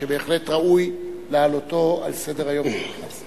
שבהחלט ראוי להעלותו על סדר-היום של הכנסת.